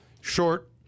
short